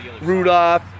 Rudolph